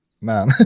man